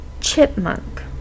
chipmunk